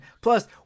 plus